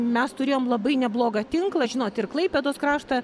mes turėjom labai neblogą tinklą žinot ir klaipėdos kraštą